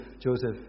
Joseph